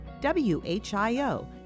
WHIO